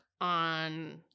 on